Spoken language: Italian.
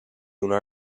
una